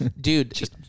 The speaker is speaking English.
Dude